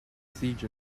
siege